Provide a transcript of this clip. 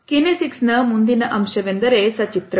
kinesics ನ ಮುಂದಿನ ಅಂಶವೆಂದರೆ ಸಚಿತ್ರಗಳು